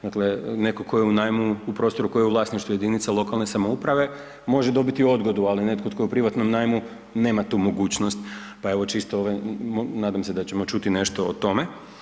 Dakle, netko tko je u najmu u prostoru koji je u vlasništvu jedinice lokalne samouprave može dobiti odgodu, ali netko tko je u privatnom najmu nema tu mogućnost, pa evo čisto ovaj nadam se da ćemo čuti nešto o tome.